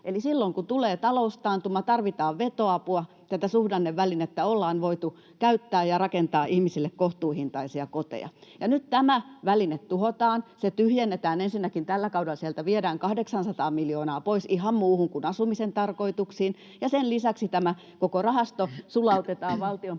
Eli silloin, kun tulee taloustaantuma ja tarvitaan vetoapua, tätä suhdannevälinettä ollaan voitu käyttää ja rakentaa ihmisille kohtuuhintaisia koteja. Ja nyt tämä väline tuhotaan. Se ensinnäkin tyhjennetään tällä kaudella, sieltä viedään 800 miljoonaa pois ihan muuhun kuin asumisen tarkoituksiin, ja sen lisäksi tämä koko rahasto sulautetaan valtion budjettiin